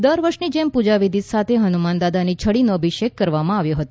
દર વર્ષની જેમ પૂજા વિધિ સાથે હનુમાન દાદાની છડીનો અભિષેક કરવામાં આવ્યો હતો